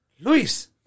Luis